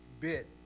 bit